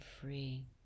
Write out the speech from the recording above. free